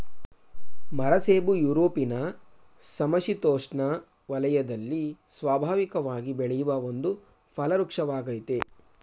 ಮರಸೇಬು ಯುರೊಪಿನ ಸಮಶಿತೋಷ್ಣ ವಲಯದಲ್ಲಿ ಸ್ವಾಭಾವಿಕವಾಗಿ ಬೆಳೆಯುವ ಒಂದು ಫಲವೃಕ್ಷವಾಗಯ್ತೆ